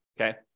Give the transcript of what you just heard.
okay